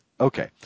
okay